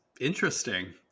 interesting